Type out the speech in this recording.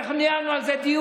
אנחנו ניהלנו על זה דיונים,